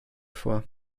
vor